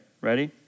Ready